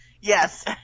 Yes